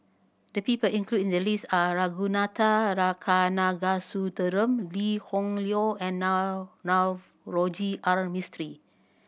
the people included in the list are Ragunathar Kanagasuntheram Lee Hoon Leong and Navroji R Mistri